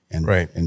Right